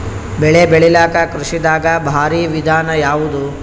ಬೆಳೆ ಬೆಳಿಲಾಕ ಕೃಷಿ ದಾಗ ಭಾರಿ ವಿಧಾನ ಯಾವುದು?